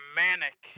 manic